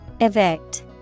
Evict